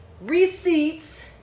Receipts